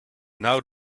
now